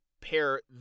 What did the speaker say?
pair